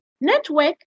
network